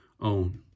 own